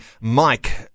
Mike